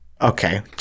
Okay